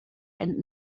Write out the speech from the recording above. and